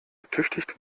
ertüchtigt